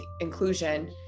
inclusion